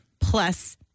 Plus